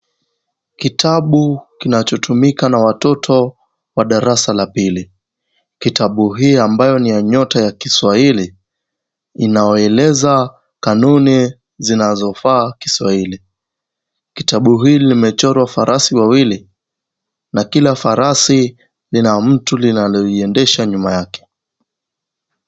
Kitabu kinachotumika na watoto wa darasa la pili. Kitabu hii ambayo ni ya nyota ya kiswahili inawaeleza kanuni zinazofaa kiswahili. Kitabu hii limechorwa farasi wawili na kila farasi lina mtu linaloliendesha nyuma yake.